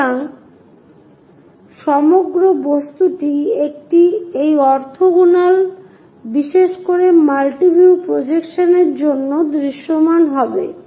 সুতরাং সমগ্র বস্তুটি এই অর্থগোনাল বিশেষ করে মাল্টি ভিউ প্রজেকশনের জন্য দৃশ্যমান হবে